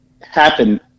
happen